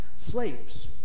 Slaves